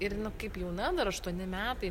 ir nu kaip jauna dar aštuoni metai